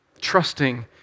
trusting